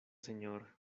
señor